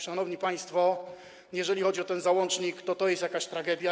Szanowni państwo, jeżeli chodzi o ten załącznik, to to jest jakaś tragedia.